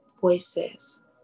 voices